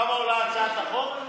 כמה עולה הצעת החוק?